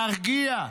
להרגיע,